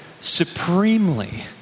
supremely